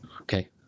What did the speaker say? okay